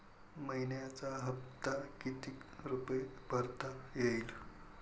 मइन्याचा हप्ता कितीक रुपये भरता येईल?